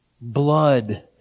Blood